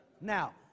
Now